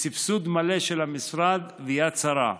בסבסוד מלא של המשרד ושל יד שרה.